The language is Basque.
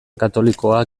katolikoa